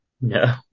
no